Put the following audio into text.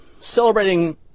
Celebrating